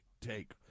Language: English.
take